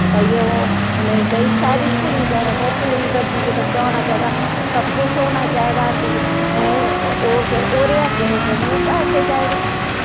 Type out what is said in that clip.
भाई ओह् नेईं उ'नें गी भाई शैह्री स्कूलें च जाना पूरी वर्दी च बच्चा होना चाहिदा सब कुछ होना चाहिदा ओह् फिर ओह्दे आस्तै पैसे चाहिदे